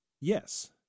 Yes